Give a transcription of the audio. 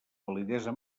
validesa